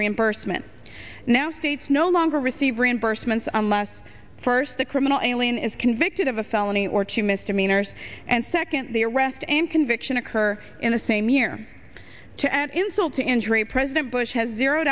reimbursement now states no longer receive reimbursements unless first the criminal alien is convicted of a felony or two misdemeanors and second the arrest and conviction occur in the same year to add insult to injury president bush has zero